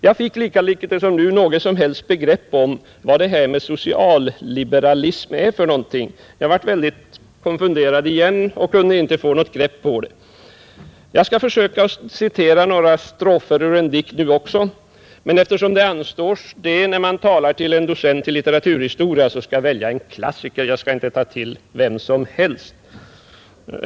Jag fick lika litet som nu något som helst begrepp om vad social-liberalism är. Jag blev konfunderad igen och kunde inte få något grepp om det. Jag skall försöka citera några strofer ur en dikt nu också, men eftersom jag vänder mig till en docent i litteraturhis 61 toria skall jag välja en klassiker och inte vem som helst.